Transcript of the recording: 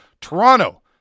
Toronto